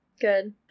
Good